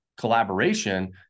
collaboration